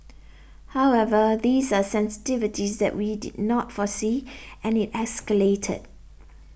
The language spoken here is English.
however these are sensitivities that we did not foresee and it escalated